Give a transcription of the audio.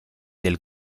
del